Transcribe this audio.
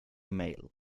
mail